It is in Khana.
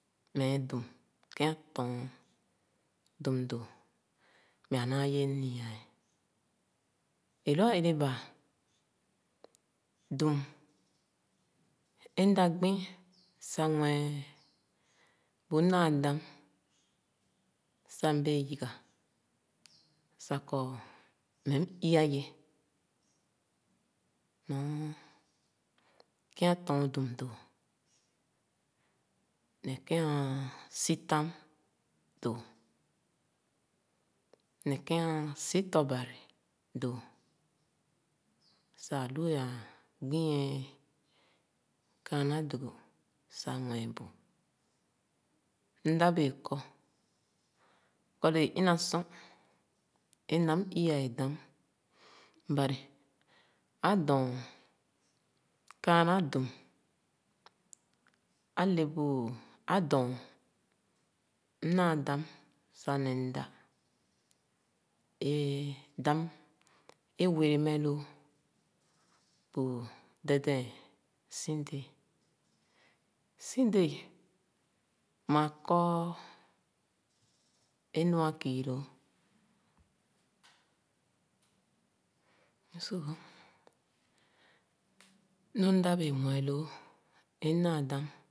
Meh ye dum, kēn ā tɔɔn dum doo meh naa ye nia’e. Ē lō’a ere baa, dum é mdaghi sah mue bu mdaa dam sah m’bēē yiga sah kɔ meh m’i-a ye. Nɔ kēn ā lɔ̄ɔn dum dō neh kēn asitam dō neh kēn ā si tɔ-bari dō; sah alu ā gbi ē kaana dogo ye mme bu. Mda bee kɔ, kɔ lōō ina sor, é mda m̄ i-a dam, bari adɔn kaana duon, āle bu, adɔn m’naa dam sah neh mda. Éé dam é were meh lōō bu dɛdɛ̄n si dēē. Si dēē maa kɔ é nu akii lōō, so, nu m’da bēē mue lōō mda dam